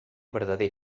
verdader